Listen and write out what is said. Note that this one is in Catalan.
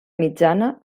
mitjana